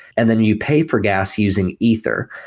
and then you pay for gas using ether.